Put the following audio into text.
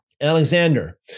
Alexander